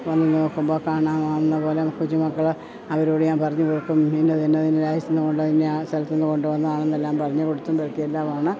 വന്നു നോക്കുമ്പോൾ കാണാവുന്നതു പോലെ കൊച്ചു മക്കൾ അവരോട് ഞാൻ പറഞ്ഞു കൊടുക്കും ഇന്നതിന്നതിന്ന രാജ്യത്തു നിന്നു കൊണ്ട ഇന്നയാ സ്ഥലത്തു നിന്നു കൊണ്ടു വന്നതാണെന്നെല്ലാം പറഞ്ഞു കൊടുത്തും പെറുക്കിയെല്ലാമാണ്